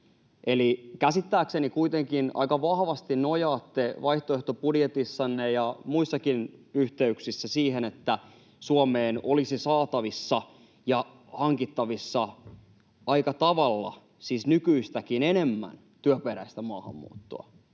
käsittääkseni kuitenkin aika vahvasti nojaatte vaihtoehtobudjetissanne ja muissakin yhteyksissä siihen, että Suomeen olisi saatavissa ja hankittavissa aika tavalla, siis nykyistäkin enemmän, työperäistä maahanmuuttoa.